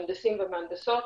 מהנדסים ומהנדסות,